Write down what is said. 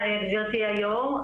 היו"ר.